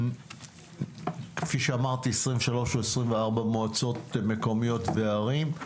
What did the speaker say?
כפי שאמרתי, 23 או 24 מועצות מקומיות וערים,